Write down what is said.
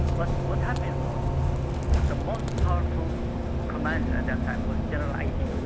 but what happened was the most powerful commander at that time was general aideed,